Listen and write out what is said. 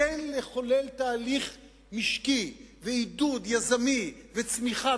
כן לחולל תהליך משקי ועידוד יזמי וצמיחה,